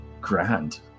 grand